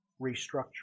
restructure